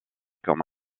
comme